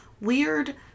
weird